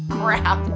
crap